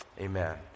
Amen